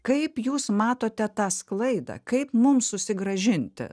kaip jūs matote tą sklaidą kaip mum susigrąžinti